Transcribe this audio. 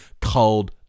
cold